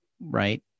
right